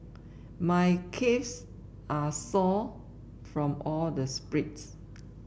my calves are sore from all the sprints